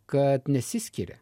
kad nesiskiria